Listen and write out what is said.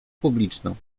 publiczną